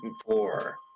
four